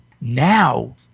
now